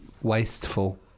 Wasteful